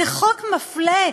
זה חוק מפלה.